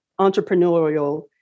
entrepreneurial